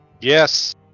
Yes